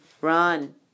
run